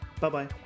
Bye-bye